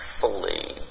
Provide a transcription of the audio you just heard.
fully